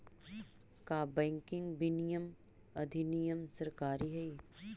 का बैंकिंग विनियमन अधिनियम सरकारी हई?